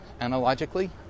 Analogically